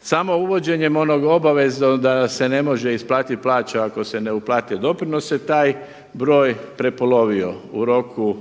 Samo uvođenjem onog obaveznog da se ne može isplatit plaća ako se ne uplate doprinosi taj broj prepolovio u roku